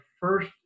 first